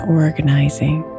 organizing